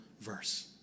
verse